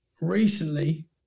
recently